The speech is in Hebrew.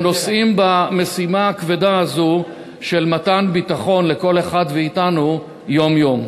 שנושאים במשימה הכבדה הזאת של מתן ביטחון לכל אחד מאתנו יום-יום.